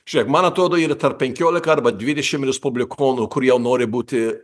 žiūrėk man atrodo yra tarp penkiolika arba dvidešim respublikonų kurie jau nori būti